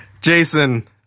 Jason